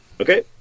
Okay